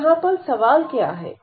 तो यहां पर सवाल क्या है